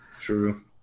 True